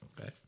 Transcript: Okay